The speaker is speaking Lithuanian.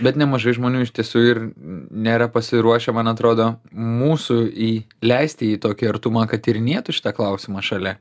bet nemažai žmonių iš tiesų ir nėra pasiruošę man atrodo mūsų į leisti į tokį artumą kad tyrinėtų šitą klausimą šalia